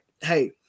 hey